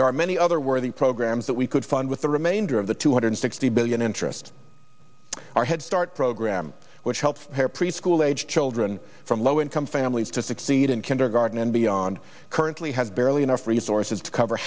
there are many other worthy programs that we could fund with the remainder of the two hundred sixty billion interest our head start program which helps their preschool age children from low income families to succeed in kindergarten and beyond currently has barely enough resources to cover